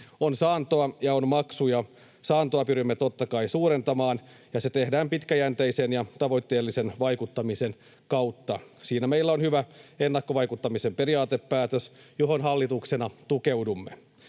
On saantoa ja on maksuja. Saantoa pyrimme, totta kai, suurentamaan, ja se tehdään pitkäjänteisen ja tavoitteellisen vaikuttamisen kautta. Siinä meillä on hyvä ennakkovaikuttamisen periaatepäätös, johon hallituksena tukeudumme.